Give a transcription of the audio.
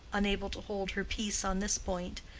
unable to hold her peace on this point.